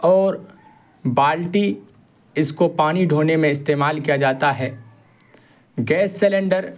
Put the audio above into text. اور بالٹی اس کو پانی ڈھونے میں استعمال کیا جاتا ہے گیس سلنڈر